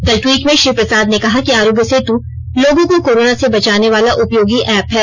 कल ट्वीट में श्री प्रसाद ने कहा कि आरोग्य सेतु लोगों को कोरोना से बचाने वाला उपयोगी ऐप है